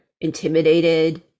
intimidated